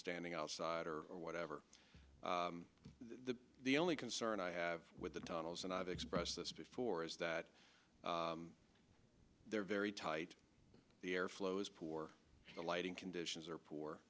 standing outside or whatever the the only concern i have with the tunnels and i've expressed this before is that they're very tight the air flow is poor the lighting conditions are poor